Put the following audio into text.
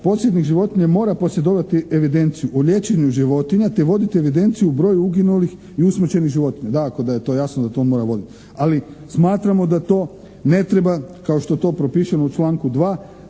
posjednik životinje mora posjedovati evidenciju o liječenju životinja te voditi evidenciju o broju uginulih i usmrćenih životinja. Dakako da je to jasno da on to mora voditi. Ali smatramo da to ne treba kao što je to pripisano u članku 2.